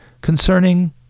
concerning